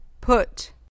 put